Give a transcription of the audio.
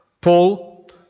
Paul